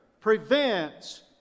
prevents